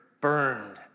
burned